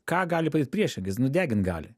ką gali padaryt priešingai jis nudegint gali